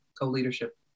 co-leadership